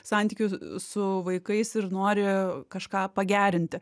santykių su vaikais ir nori kažką pagerinti